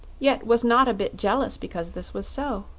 yet was not a bit jealous because this was so.